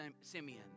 Simeon